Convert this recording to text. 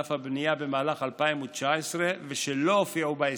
בענף הבנייה במהלך 2019 ושלא הופיעו בהסכם: